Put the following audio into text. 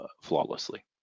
flawlessly